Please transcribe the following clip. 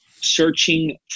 searching